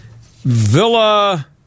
Villa